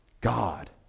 God